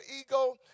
ego